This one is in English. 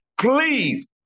please